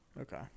Okay